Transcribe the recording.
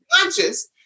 conscious